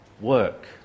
work